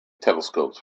telescopes